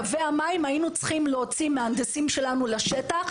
לגבי קווי המים היינו צריכים להוציא מהנדסים שלנו לשטח,